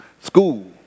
school